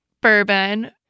bourbon